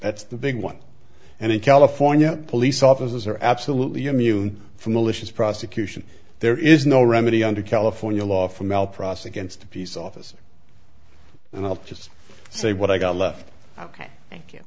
that's the big one and in california police officers are absolutely immune from malicious prosecution there is no remedy under california law from out prostate cancer to peace officers and i'll just say what i got left ok thank you